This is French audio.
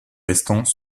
restants